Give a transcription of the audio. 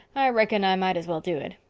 i reckon i might as well do it.